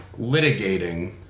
litigating